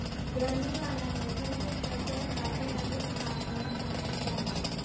गरमी वाला मौसम के फसल खातिर अधिक तापमान चाहत बाटे